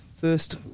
first